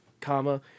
comma